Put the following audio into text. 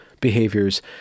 behaviors